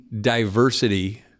diversity